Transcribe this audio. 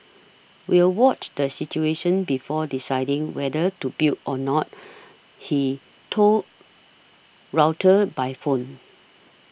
we'll watch the situation before deciding whether to build or not he told Reuters by phone